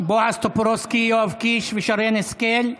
בועז טופורובסקי, יואב קיש ושרן השכל,